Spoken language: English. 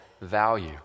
value